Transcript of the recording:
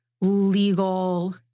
legal